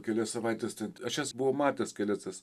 kelias savaites ten aš jas buvau matęs kelias tas